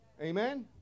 Amen